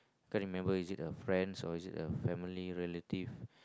can't remember is it a friend or is it a family relative